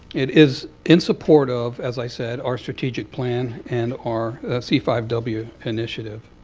it is in support of, as i said, our strategic plan and our c five w initiative.